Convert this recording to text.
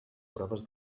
proves